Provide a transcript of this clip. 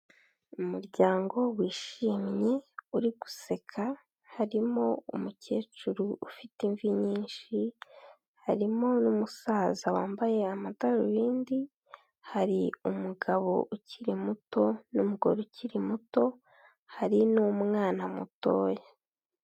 Umuryango wishimye uri guseka, harimo umukecuru ufite imvi nyinshi, harimo umusaza wambaye amadarubindi, hari umugabo ukiri muto n'umugore ukiri muto, hari n'umwana mutoya.